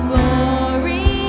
Glory